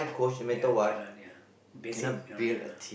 ya cannot ya basic not there lah